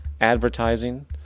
advertising